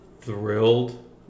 thrilled